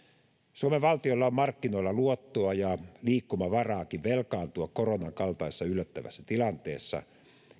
suomen valtiolla on markkinoilla luottoa ja liikkumavaraakin velkaantua koronan kaltaisessa yllättävässä tilanteessa